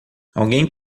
alguém